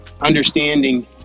understanding